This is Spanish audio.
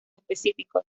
específicos